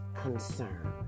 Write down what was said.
concern